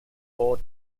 four